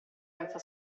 senza